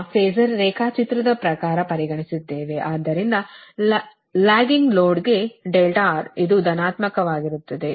ನಮ್ಮ ಫಾಸರ್ ರೇಖಾಚಿತ್ರದ ಪ್ರಕಾರ ಪರಿಗಣಿಸಿದ್ದೇವೆ ಆದ್ದರಿಂದ ಲ್ಯಾಗಿಂಗ್ ಲೋಡಗೆ R ಇದು ಧನಾತ್ಮಕವಾಗಿರುತ್ತದೆ